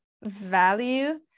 value